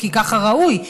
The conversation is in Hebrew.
כי כך ראוי.